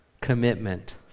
commitment